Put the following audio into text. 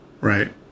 Right